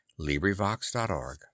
LibriVox.org